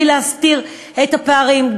בלי להסתיר את הפערים,